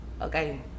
Okay